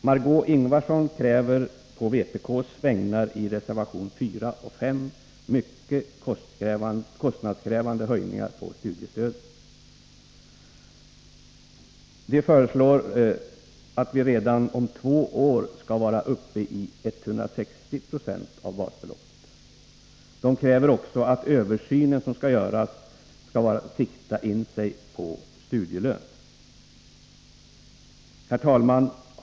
Margé Ingvardsson föreslår på vpk:s vägnar i reservationerna 4 och 5 mycket kostnadskrävande höjningar av studiemedlen. Vpk föreslår att de redan om två år skall vara uppe i 160 96 av basbeloppet. Vpk kräver vidare att översynen skall göras med sikte på studielön. Herr talman!